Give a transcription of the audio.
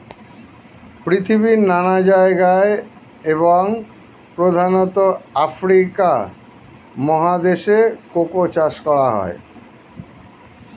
পৃথিবীর নানা জায়গায় এবং প্রধানত আফ্রিকা মহাদেশে কোকো চাষ করা হয়